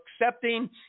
accepting